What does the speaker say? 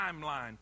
timeline